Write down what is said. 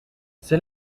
c’est